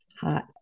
hot